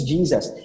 Jesus